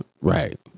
Right